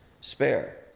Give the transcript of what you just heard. spare